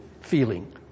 feeling